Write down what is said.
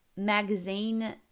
magazine